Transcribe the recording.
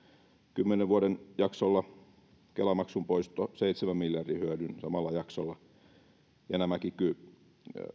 kymmenen vuoden jaksolla kela maksun poisto seitsemän miljardin hyödyn samalla jaksolla ja kiky